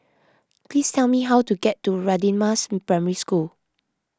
please tell me how to get to Radin Mas Primary School